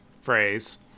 phrase